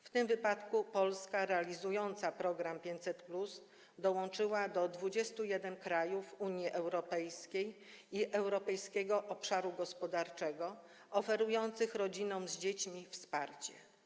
W tym wypadku Polska realizująca program 500+ dołączyła do 21 krajów Unii Europejskiej i Europejskiego Obszaru Gospodarczego oferujących rodzinom z dziećmi wsparcie.